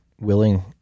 willing